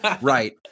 right